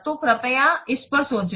तो कृपया इस पर सोचें